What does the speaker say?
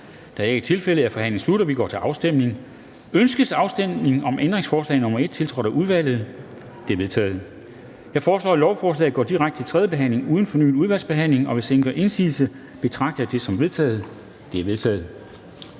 16:46 Afstemning Formanden (Henrik Dam Kristensen): Ønskes afstemning om ændringsforslag nr. 1, tiltrådt af udvalget. Det er vedtaget. Jeg foreslår, at lovforslaget går direkte til tredje behandling uden fornyet udvalgsbehandling. Hvis ingen gør indsigelse, betragter jeg det som vedtaget. Det er vedtaget.